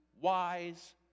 wise